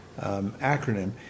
acronym